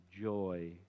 joy